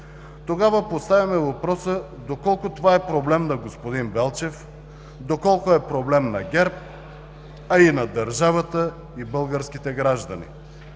Тогава поставяме въпроса: доколко това е проблем на господин Велчев, доколко е проблем на ГЕРБ, а и на държавата и българските граждани?